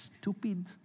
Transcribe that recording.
stupid